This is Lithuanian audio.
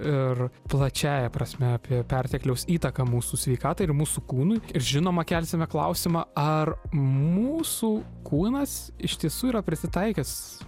ir plačiąja prasme apie pertekliaus įtaką mūsų sveikatai ir mūsų kūnui ir žinoma kelsime klausimą ar mūsų kūnas iš tiesų yra prisitaikęs